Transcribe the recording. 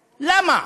למה?